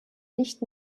nicht